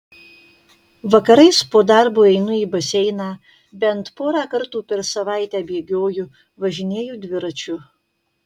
vakarais po darbo einu į baseiną bent porą kartų per savaitę bėgioju važinėju dviračiu